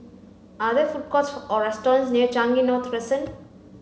are there food courts or restaurants near Changi North Crescent